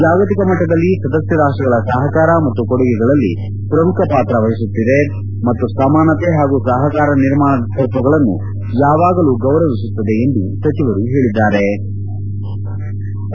ಜಾಗತಿಕ ಮಟ್ಟದಲ್ಲಿ ಸದಸ್ಯ ರಾಷ್ಟಗಳ ಸಹಕಾರ ಮತ್ತು ಕೊಡುಗೆಗಳಲ್ಲಿ ಪ್ರಮುಖ ಪಾತ್ರ ವಹಿಸುತ್ತದೆ ಮತ್ತು ಸಮಾನತೆ ಹಾಗೂ ಸಹಕಾರ ನಿರ್ಮಾಣದ ತತ್ವಗಳನ್ನು ಯಾವಾಗಲೂ ಗೌರವಿಸುತ್ತದೆ ಎಂದು ಸಚಿವರು ಹೇಳದರು